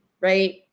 Right